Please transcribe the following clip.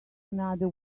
another